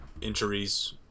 injuries